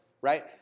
Right